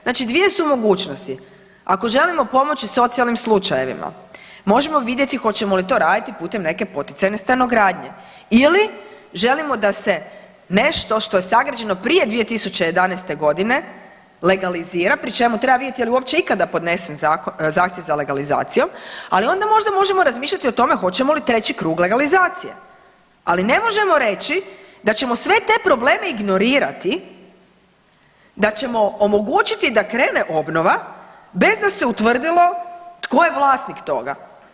Znači dvije su mogućnosti, ako želimo pomoći socijalnim slučajevima možemo vidjeti hoćemo li to raditi putem neke poticajne stanogradnje ili želimo da se nešto što je sagrađeno prije 2011.g. legalizira, pri čemu treba vidjet je li uopće ikada podnesen zahtjev za legalizacijom, ali onda možda možemo razmišljati o tome hoćemo li treći krug legalizacije, ali ne možemo reći da ćemo sve te probleme ignorirati, da ćemo omogućiti da krene obnova bez da se utvrdilo tko je vlasnik toga.